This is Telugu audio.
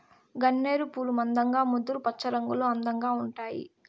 గన్నేరు పూలు మందంగా ముదురు పచ్చరంగులో అందంగా ఉంటాయి